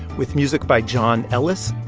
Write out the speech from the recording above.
with music by john ellis.